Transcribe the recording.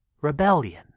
rebellion